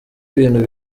ibintu